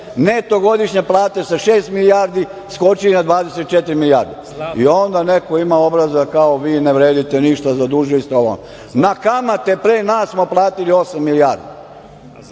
Neto godišnja plata sa šest milijardi skoči na 24 milijarde. I onda neko ima obraza, kao vi ne vredite ništa, zadužili ste ovo. Na kamate pre nas smo platili osam milijardi.